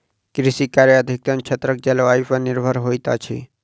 कृषि कार्य अधिकतम क्षेत्रक जलवायु पर निर्भर होइत अछि